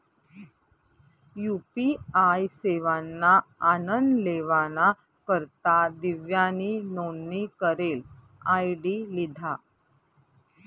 UPI सेवाना आनन लेवाना करता दिव्यानी नोंदनी करेल आय.डी लिधा